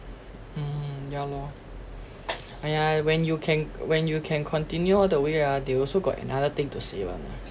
mm ya lor !aiya! when you can when you can continue all the way ah they also got another thing to say [one] ah